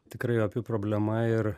tikrai opi problema ir